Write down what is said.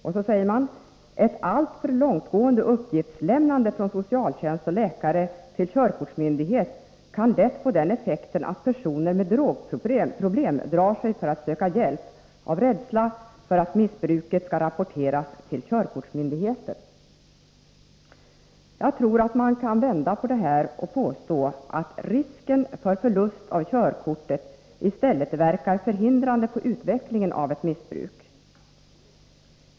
Och så säger man: ”Ett alltför långtgående uppgiftslämnande från socialtjänst och läkare till körkortsmyndighet kan därför lätt få den effekten att personer med drogproblem drar sig för att söka hjälp av rädsla för att missbruket skall rapporteras till körkortsmyndigheten.” Jag tror att man kan vända på detta och påstå att risken för förlust av körkortet i stället verkar förhindrande på utvecklingen av ett missbruk.